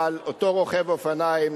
אבל אותו רוכב אופניים,